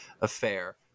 affair